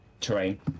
terrain